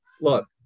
look